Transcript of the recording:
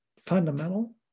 fundamental